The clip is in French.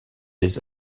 des